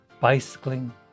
bicycling